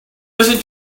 listen